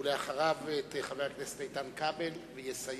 אחריו, חבר הכנסת איתן כבל, ויסיים,